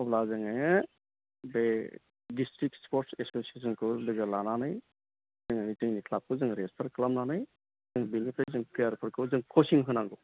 अब्ला जोङो बे डिस्ट्रिक स्पर्टस एस'सियेसनखौ लोगो लानानै जोङो जोंनि क्लाबखौ जोङो रेजिस्टार खालामनानै जों बेनिफ्राय जों प्लेयारफोरखौ जों कशिं होनांगौ